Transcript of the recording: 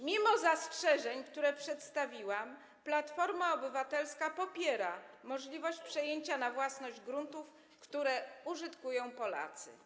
Mimo zastrzeżeń, które przedstawiłam, Platforma Obywatelska popiera możliwość przejęcia na własność gruntów, które użytkują Polacy.